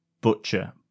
Butcher